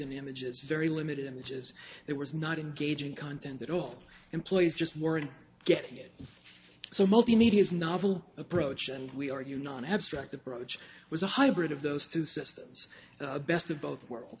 images very limited images it was not engaging content at all employees just weren't getting it so multimedia is novel approach and we argue non abstract approach was a hybrid of those two systems best of both worlds